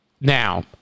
Now